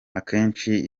akenshi